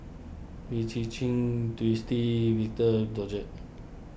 Wee Ji Jin Twisstii Victor Doggett